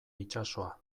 itsasoa